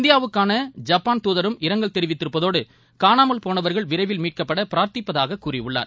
இந்தியாவுக்கான ஜப்பான் துதரும் இரங்கல் தெரிவித்திருப்பதோடு காணாமல் போனவர்கள் விரைவில் மீட்கப்படபிராா்த்திப்பதாகக் கூறியுள்ளார்